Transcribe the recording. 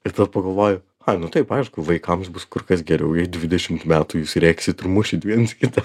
ir tad pagalvoju ai nu taip aišku vaikams bus kur kas geriau jei dvidešimt metų jūs rėksit ir mušit viens kitą